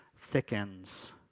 thickens